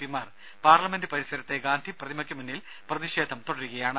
പിമാർ പാർലമെന്റ് പരിസരത്തെ ഗാന്ധി പ്രതിമയ്ക്ക് മുന്നിൽ പ്രതിഷേധം തുടരുകയാണ്